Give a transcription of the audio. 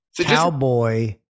Cowboy